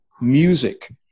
music